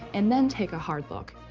and then take a hard look.